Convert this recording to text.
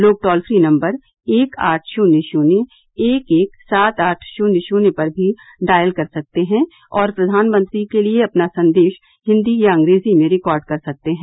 लोग toll free number एक आठ शून्य शून्य एक एक सात आठ शून्य शून्य पर भी डायल कर सकते हैं और प्रधानमंत्री के लिए अपना संदेश हिन्दी या अंग्रेजी में रिकॉर्ड कर सकते हैं